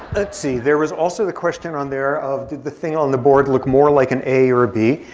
let's see. there was also the question on there of, did the thing on the board look more like an a or a b.